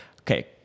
Okay